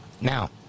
Now